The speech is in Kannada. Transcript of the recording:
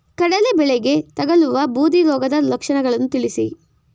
ಕಡಲೆ ಬೆಳೆಗೆ ತಗಲುವ ಬೂದಿ ರೋಗದ ಲಕ್ಷಣಗಳನ್ನು ತಿಳಿಸಿ?